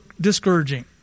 discouraging